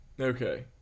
Okay